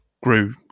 grew